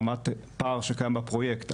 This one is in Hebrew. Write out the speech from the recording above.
ברמת פער שקיים בפרויקט,